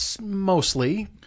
mostly